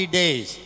days